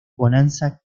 bonanza